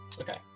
Okay